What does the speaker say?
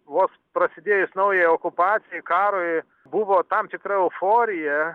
vos prasidėjus naujai okupacijai karui buvo tam tikra euforija